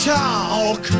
talk